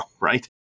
right